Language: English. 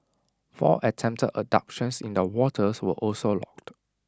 four attempted abductions in the waters were also logged